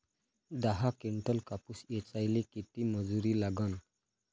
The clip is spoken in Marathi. दहा किंटल कापूस ऐचायले किती मजूरी लागन?